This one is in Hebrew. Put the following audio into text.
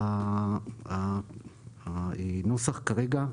הנוסח כרגע,